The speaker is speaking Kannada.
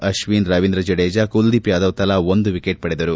ಅಶ್ವಿನ್ ರವೀಂದ್ರ ಜಡೇಜ ಕುಲದೀಪ್ ಯಾದವ್ ತಲಾ ಒಂದು ವಿಕೆಟ್ ಪಡೆದರು